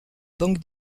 banque